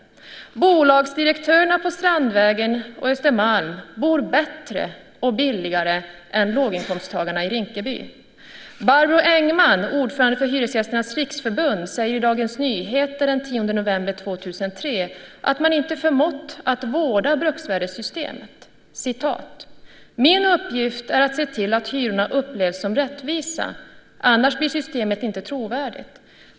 Bolagsdirektörerna på Strandvägen och Östermalm bor bättre och billigare än låginkomsttagarna i Rinkeby. Barbro Engman, ordförande för Hyresgästernas riksförbund, säger i Dagens Nyheter den 10 november 2003 att man inte förmått vårda bruksvärdessystemet: "Min uppgift är att se till att hyrorna upplevs som rättvisa, annars blir inte systemet trovärdigt.